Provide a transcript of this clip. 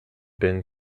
been